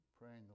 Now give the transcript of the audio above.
praying